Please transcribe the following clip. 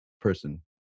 person